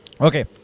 Okay